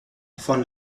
von